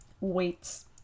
weights